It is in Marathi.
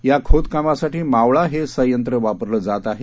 या खोदकामासाठी मावळा हे संयंत्र वापरलं जात आहे